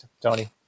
Tony